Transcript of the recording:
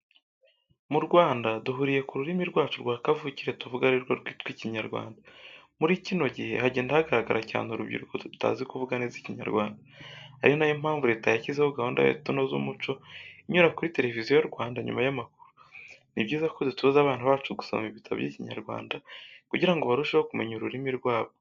Mu Rwanda duhuriye ku rurimi rwacu rwa kavukire tuvuga ari rwo rwitwa Ikinyarwanda. Muri kino gihe hagenda hagaragara cyane urubyiruko rutazi kuvuga neza Ikinyarwanda, ari na yo mpamvu Leta yashyizeho gahunda ya Tunoze umuco, inyura kuri televiziyo Rwanda nyuma y'amakuru. Ni byiza ko dutoza abana bacu gusoma ibitabo by'Ikinyarwanda kugira ngo barusheho kumenya ururimi rwabo.